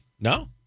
No